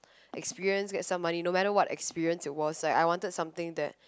experience get some money no matter what experience it was like I wanted something that